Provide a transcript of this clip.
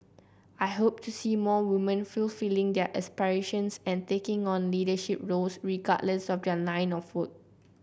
I hope to see more woman fulfilling their aspirations and taking on leadership roles regardless of their line of foot